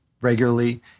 regularly